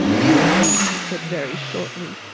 you do, she said very shortly.